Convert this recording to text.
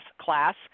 class